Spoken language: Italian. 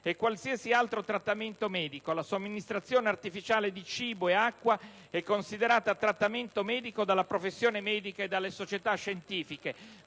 e qualsiasi altro trattamento medico. La somministrazione artificiale di cibo e acqua è considerata trattamento medico dalla professione medica e dalle società scientifiche».